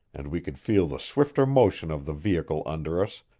and we could feel the swifter motion of the vehicle under us,